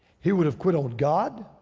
he would have quit on god,